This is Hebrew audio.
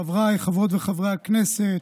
חברי וחברות הכנסת,